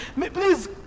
Please